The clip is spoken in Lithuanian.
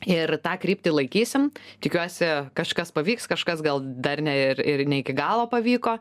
ir tą kryptį laikysim tikiuosi kažkas pavyks kažkas gal dar ne ir ir ne iki galo pavyko